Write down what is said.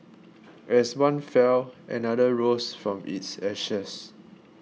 as one fell another rose from its ashes